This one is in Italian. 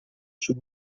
sul